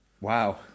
Wow